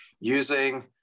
using